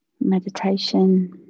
meditation